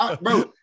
Bro